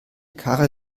karre